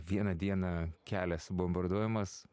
vieną dieną kelias bombarduojamas